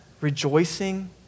rejoicing